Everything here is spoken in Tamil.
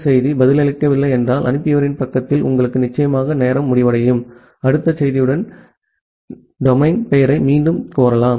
எஸ் செய்தி பதிலளிக்கவில்லை என்றால் அனுப்பியவரின் பக்கத்தில் உங்களுக்கு நிச்சயமாக நேரம் முடிவடையும் அடுத்த செய்தியுடன் டொமைன் பெயரை மீண்டும் கோரலாம்